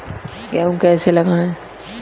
गेहूँ कैसे लगाएँ?